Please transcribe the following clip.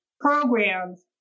programs